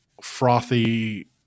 frothy